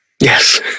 Yes